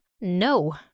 No